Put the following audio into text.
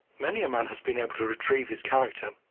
many a man has been able to retrieve his character,